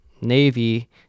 Navy